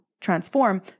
transform